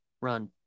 run